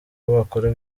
bakora